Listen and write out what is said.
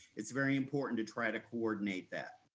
it's very important to try to coordinate that.